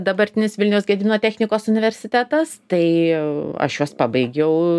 dabartinis vilniaus gedimino technikos universitetas tai aš juos pabaigiau